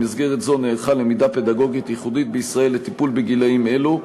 במסגרת זו נערכה למידה פדגוגית ייחודית בישראל לטיפול בגילאים אלו.